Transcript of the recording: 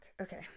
Okay